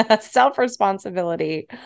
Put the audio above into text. self-responsibility